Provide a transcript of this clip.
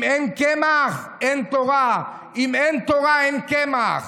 אם אין קמח אין תורה, אם אין תורה אין קמח.